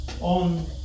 on